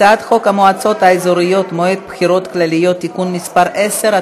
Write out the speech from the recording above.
הצעת חוק המועצות האזוריות (מועד בחירות כלליות) (תיקון מס' 10),